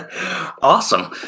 Awesome